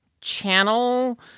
channel